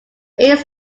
eight